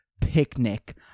picnic